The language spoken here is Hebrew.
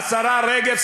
מרוקאים, השרה רגב-סיבוני,